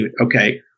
okay